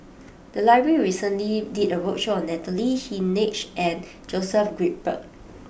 the library recently did a roadshow on Natalie Hennedige and Joseph Grimberg